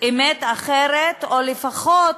אמת אחרת, או לפחות,